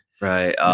Right